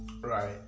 right